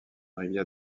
rivière